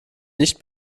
nicht